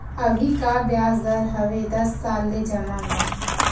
अभी का ब्याज दर हवे दस साल ले जमा मा?